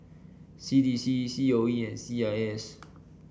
C D C C O E and C I S